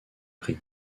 prix